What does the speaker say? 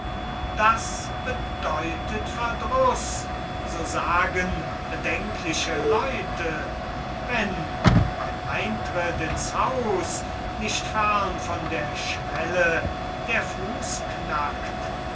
das bedeutet verdruß so sagen bedenkliche leute wenn beim eintritt ins haus nicht fern von der schwelle der fuß knackt